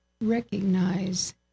recognize